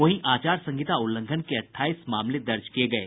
वहीं आचार संहिता उल्लंघन के अठाईस मामले दर्ज किये गये